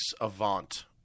Avant